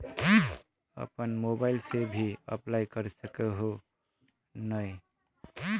अपन मोबाईल से भी अप्लाई कर सके है नय?